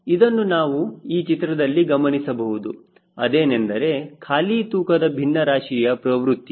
ಇದನ್ನು ನಾವು ಈ ಚಿತ್ರದಲ್ಲಿ ಗಮನಿಸಬಹುದು ಅದೇನೆಂದರೆ ಖಾಲಿ ತೂಕದ ಬಿನ್ನರಾಶಿಯ ಪ್ರವೃತ್ತಿ